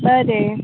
बरें